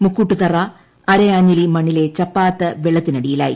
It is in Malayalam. മുക്കൂട്ടുതറ അരയാഞ്ഞിലി മണ്ണിലെ ചപ്പാത്ത് വെള്ളത്തിനടിയിലായി